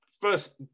first